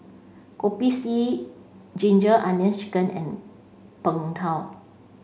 Kopi C Ginger Onions Chicken and Png Tao